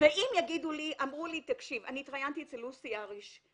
התראיינתי אצל לוסי אהריש.